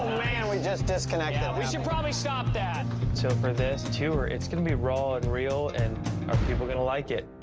man! we just disconnected. um we should probably stop that. so for this tour, it's gonna be raw and real and are people gonna like it?